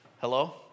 Hello